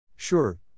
Sure